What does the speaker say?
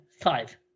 five